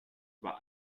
über